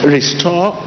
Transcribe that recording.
Restore